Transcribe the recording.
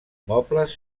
mobles